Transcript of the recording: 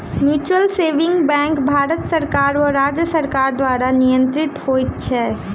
mutual saving bank Bharat सरकार वा राज्य सरकार द्वारा नियंत्रित होइत छै